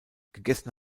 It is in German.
gegessen